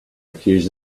accuse